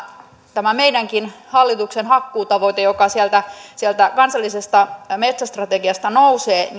tämä meidänkin hallituksen hakkuutavoite joka sieltä sieltä kansallisesta metsästrategiasta nousee